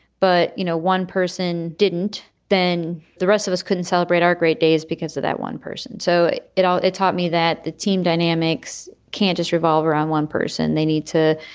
but, you know, one person didn't. then the rest of us couldn't celebrate our great days because of that one person. so it all it taught me that the team dynamics can't just revolve around one person. they need to.